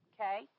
Okay